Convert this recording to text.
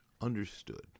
understood